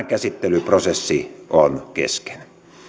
käsittelyprosessi on kesken arvoisa